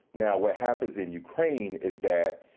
now what happens in ukraine is that